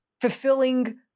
fulfilling